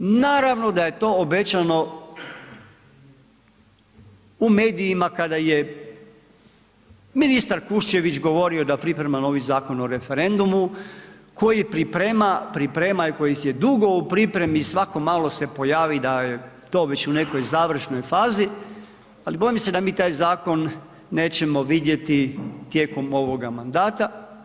Naravno da je to obećano u medijima kada je ministar Kuščević govorio da priprema novi Zakon o referendumu koji priprema, priprema i koji je dugo u pripremi i svako malo se pojavi da je to već u nekoj završnoj fazi, ali bojim se da mi taj zakon nećemo vidjeti tijekom ovoga mandata.